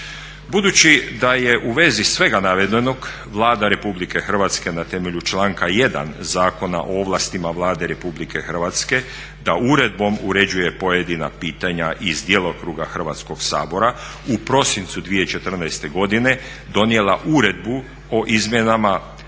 Budući da je u vezi svega navedenog Vlada Republike Hrvatske na temelju članka 1. Zakona o ovlastima Vlade Republike Hrvatske da uredbom uređuje pojedina pitanja iz djelokruga Hrvatskog sabor u prosincu 2014. godine donijela uredbu o izmjenama navedenog